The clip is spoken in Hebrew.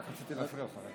רק רציתי להפריע לך רגע.